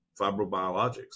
Fibrobiologics